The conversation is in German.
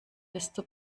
desto